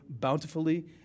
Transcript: bountifully